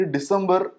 December